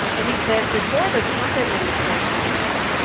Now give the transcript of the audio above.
and he says, before the trump administration, you know,